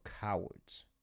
Cowards